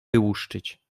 wyłuszczyć